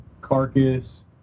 Carcass